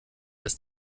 das